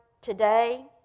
today